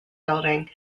building